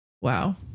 wow